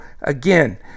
again